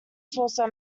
saucer